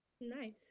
nice